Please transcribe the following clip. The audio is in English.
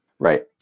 Right